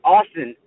Austin